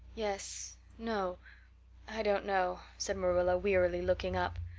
yes no i don't know, said marilla wearily, looking up.